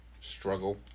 struggle